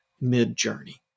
mid-journey